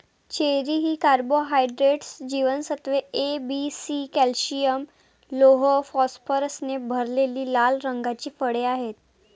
cherry ही carbohydrates, जीवनसत्त्वे A, B, C, calcium, लोह, फॉस्फरसने भरलेली लाल रंगाची फळे आहेत